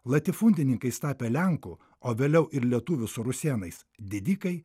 latifundininkais tapę lenkų o vėliau ir lietuvių su rusėnais didikai